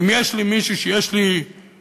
ואם יש לי מישהי שיש לי פנייה,